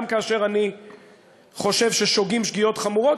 גם כאשר אני חושב ששוגים שגיאות חמורות,